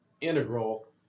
integral